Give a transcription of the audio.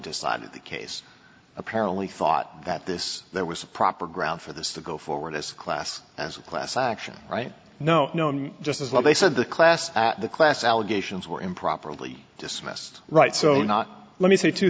decided the case apparently thought that this there was a proper ground for this to go forward as class as a class action right now known just as what they said the class the class allegations were improperly just yes right so not let me